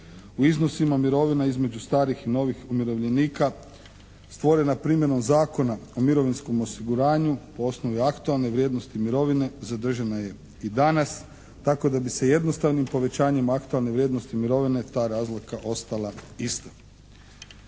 u iznosima mirovina između starih i novih umirovljenika stvorena primjenom Zakona o mirovinskom osiguranju po osnovi aktualne vrijednosti mirovine zadržana je i danas tako da bi se jednostavnim povećanjem aktualne vrijednosti mirovine ta razlika ostala ista.